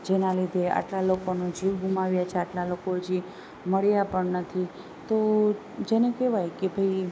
જેના લીધે આટલા લોકોએ જીવ ગુમાવ્યો છે આટલા લોકો જે મળ્યા પણ નથી તો જેને કહેવાય કે ભઈ